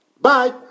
Bye